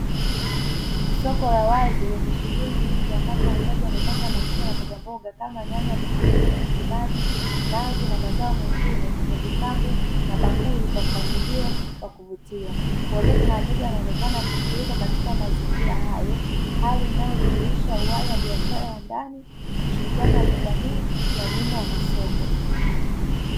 Soko la wazi lenye shughuli nyingi ambapo wauzaji wamepanga matunda na mbogamboga kama nyanya, vitunguu, tikiti maji, nazi na mazao mengine kwenye vikapu na bakuli kwa mpangilio wa kuvutia wanaonekana wakishughulika katika mazingira hayo hali inayodhihirisha uhai wa biashara ya ndani kushirikiano wa kijamii na umuhimu wa masoko.